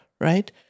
Right